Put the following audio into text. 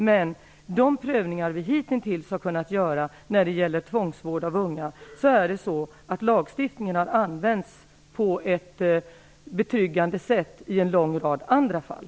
Men de prövningar vi hitintills har kunnat göra när det gäller tvångsvård av unga visar att lagstiftningen har använts på ett betryggande sätt i en lång rad andra fall.